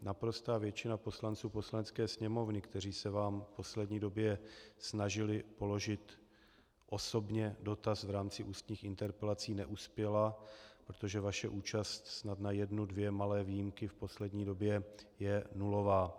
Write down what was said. Naprostá většina poslanců Poslanecké sněmovny, kteří se vám v poslední době snažili položit osobně dotaz v rámci ústních interpelací, neuspěla, protože vaše účast snad na jednu dvě malé výjimky je v poslední době nulová.